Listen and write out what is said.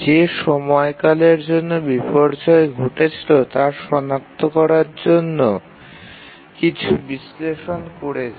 যে সময়কালের জন্য বিপর্যয় ঘটেছিল তা সনাক্ত করার জন্য বিষয়গুলি বিশ্লেষণ করা হয়েছিল